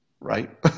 right